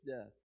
death